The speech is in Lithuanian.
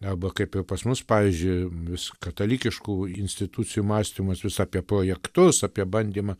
arbba kaip ir pas mus pavyzdžiui vis katalikiškų institucijų mąstymas vis apie projektus apie bandymą